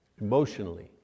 emotionally